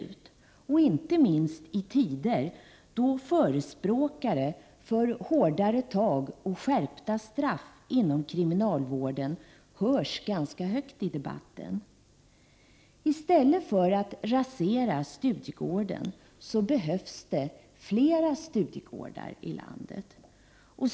Detta gäller inte minst i tider då förespråkare för hårdare tag och skärpta straff inom kriminalvården hörs ganska högt i debatten. I stället för att rasera Studiegården skulle man behöva bygga upp flera studiegårdar i landet.